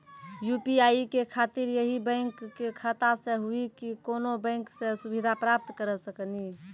UPI के खातिर यही बैंक के खाता से हुई की कोनो बैंक से सुविधा प्राप्त करऽ सकनी?